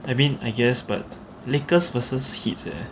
I mean I guess but lakers versus heats eh